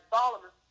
Solomon